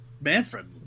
Manfred